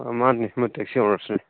ꯑ ꯃꯥꯅꯤ ꯇꯦꯛꯁꯤ ꯑꯣꯅꯔꯁꯅꯤ